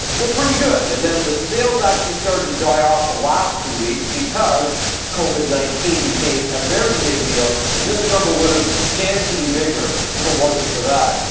were pretty good, and then the sales, actually started to die off the last two weeks, because covid nineteen became a very big deal. and this number would've substantially bigger, if it wasn't for that.